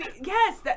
Yes